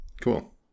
Cool